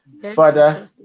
Father